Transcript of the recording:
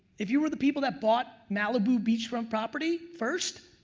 if you were the people that bought malibu beachfront property first,